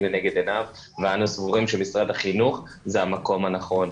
לנגד עיניו ואנו סבורים שמשרד החינוך זה המקום הנכון.